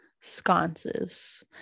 sconces